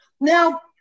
Now